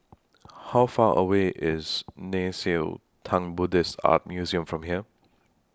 How Far away IS Nei Xue Tang Buddhist Art Museum from here